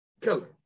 Killer